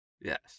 Yes